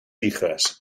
hijas